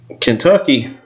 Kentucky